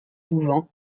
souvent